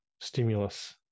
stimulus